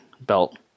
belt